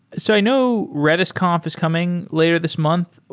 so i know redis conf is coming later this month,